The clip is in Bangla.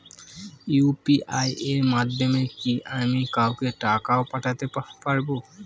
ইউ.পি.আই এর মাধ্যমে কি আমি কাউকে টাকা ও পাঠাতে পারবো?